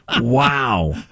Wow